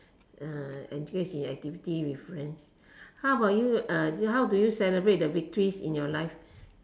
uh engage in activities with friends how about you uh how do you celebrate the victories in your life